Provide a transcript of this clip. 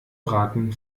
raten